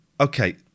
Okay